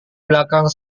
belakang